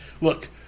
Look